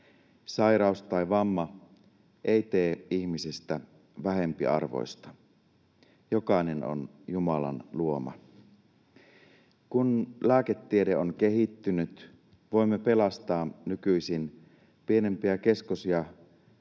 Sairaus tai vamma ei tee ihmisestä vähempiarvoista. Jokainen on Jumalan luoma. Kun lääketiede on kehittynyt, voimme pelastaa nykyisin pienempiä keskosia